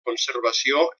conservació